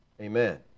Amen